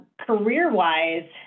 Career-wise